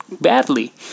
badly